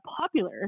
popular